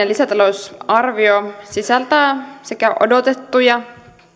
lisätalousarvio sisältää sekä odotettuja